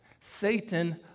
Satan